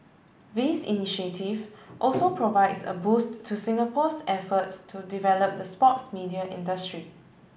this initiative also provides a boost to Singapore's efforts to develop the sports media industry